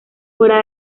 fuera